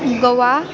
Goa